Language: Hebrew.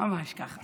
ממש כך.